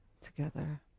together